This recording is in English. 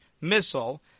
missile